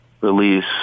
release